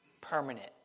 permanent